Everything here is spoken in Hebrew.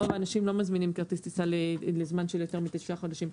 רוב האנשים לא מזמינים כרטיס טיסה לזמן של יותר מתשעה חודשים.